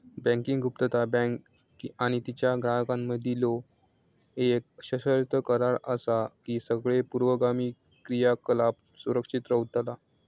banking गुप्तता, bank आणि तिच्यो ग्राहकांमधीलो येक सशर्त करार असा की सगळे पूर्वगामी क्रियाकलाप सुरक्षित रव्हतला